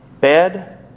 bed